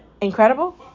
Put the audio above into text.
incredible